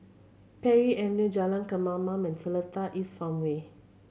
Parry Avenue Jalan Kemaman and Seletar East Farmway